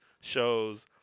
shows